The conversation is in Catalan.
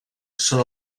són